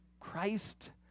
Christ